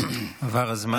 עבר הזמן.